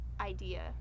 idea